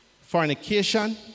fornication